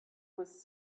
was